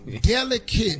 delicate